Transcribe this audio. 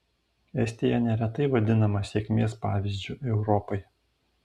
estija neretai vadinama sėkmės pavyzdžiu europai